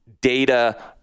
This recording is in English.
data